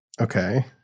Okay